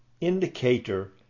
indicator